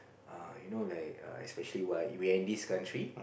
uh you know like err especially while we are in this country